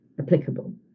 applicable